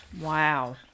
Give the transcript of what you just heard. Wow